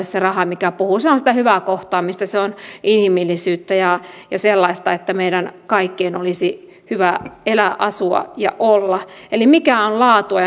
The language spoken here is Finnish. se raha mikä puhuu se on sitä hyvää kohtaamista se on inhimillisyyttä ja ja sellaista että meidän kaikkien olisi hyvä elää asua ja olla eli mikä on laatua